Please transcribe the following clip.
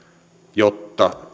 jotta